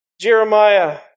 Jeremiah